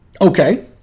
Okay